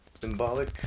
Symbolic